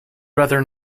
rather